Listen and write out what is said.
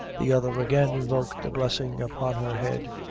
the other again invoked a blessing upon her head,